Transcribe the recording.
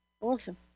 Awesome